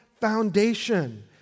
foundation